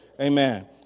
amen